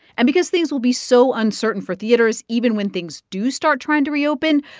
and because things will be so uncertain for theaters even when things do start trying to reopen,